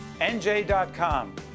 nj.com